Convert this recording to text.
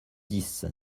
dix